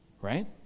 Right